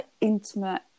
intimate